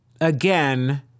again